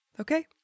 Okay